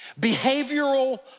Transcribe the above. Behavioral